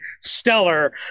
stellar